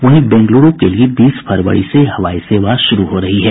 वहीं बेंगलुरू के लिए बीस फरवरी से हवाई सेवा शुरू हो रही है